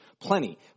Plenty